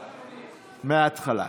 מהתחלה.